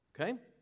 Okay